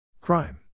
Crime